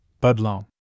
Budlong